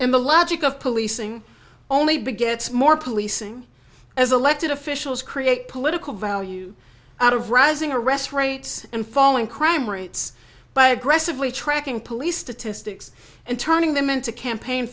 policing the logic of policing only begets more policing as elected officials create political value out of rising arrest rates and falling crime rates by aggressively tracking police statistics and turning them into campaign